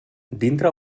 dintre